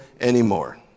anymore